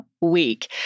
week